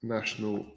National